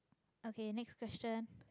okay next question